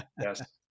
yes